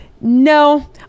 no